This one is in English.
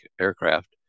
aircraft